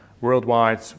worldwide